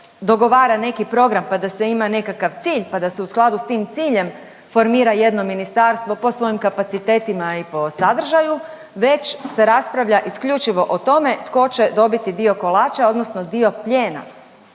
dogovara neki program pa da se ima nekakav cilj pa da se u skladu s tim ciljem formira jedino ministarstvo po svojim kapacitetima i po sadržaju već se raspravlja isključivo o tome tko će dobiti dio kolača odnosno dio plijena.